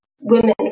women